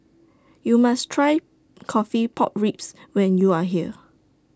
YOU must Try Coffee Pork Ribs when YOU Are here